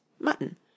mutton